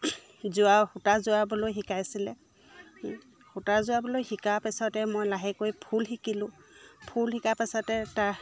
জোৰা সূতা জোৰাবলৈ শিকাইছিলে সূতা জোৰাবলৈ শিকাৰ পিছতে মই লাহেকৈ ফুল শিকিলোঁ ফুল শিকাৰ পিছতে তাৰ